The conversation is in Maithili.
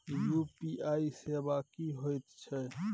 यु.पी.आई सेवा की होयत छै?